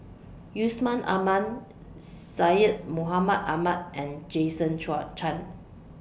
Yusman Aman Syed Mohamed Ahmed and Jason Chan